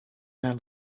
man